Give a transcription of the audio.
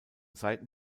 seiten